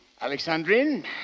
Alexandrine